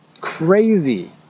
crazy